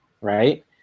right